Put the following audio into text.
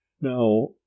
Now